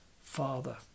father